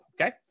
okay